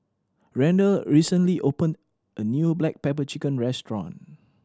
Randal recently opened a new black pepper chicken restaurant